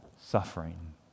suffering